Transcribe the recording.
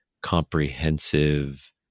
comprehensive